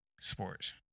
sports